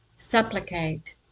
supplicate